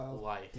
life